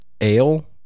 ale